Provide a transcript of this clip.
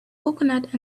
coconut